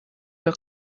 your